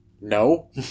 No